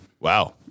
Wow